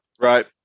Right